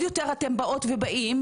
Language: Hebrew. אתם באים ובאות,